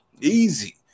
Easy